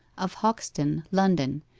of hoxton, london,